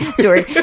Sorry